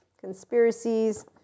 conspiracies